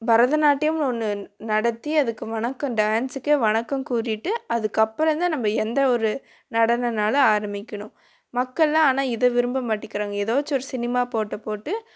பரதநாட்டியம்னு ஒன்று நடத்தி அதுக்கு வணக்கம் டான்ஸுக்கே வணக்கம் கூறிகிட்டு அதுக்கப்புறந்தான் நம்ம எந்த ஒரு நடனன்னாலும் ஆரமிக்கணும் மக்களெலாம் ஆனால் இதை விரும்ப மாட்டிக்கிறாங்க ஏதோச்சும் ஒரு சினிமா போட்டு போட்டு